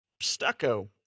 stucco